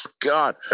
God